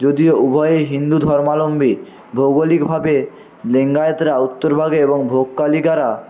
যদিও উভয়েই হিন্দু ধর্মালম্বী ভৌগলিকভাবে লিঙ্গায়েতরা উত্তরভাগে ও ভোগকালীকারা